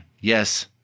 yes